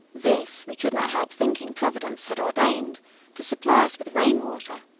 this we could not help thinking providence had ordained to supply us with rainwater